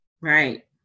Right